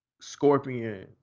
Scorpion